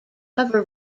cover